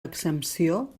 exempció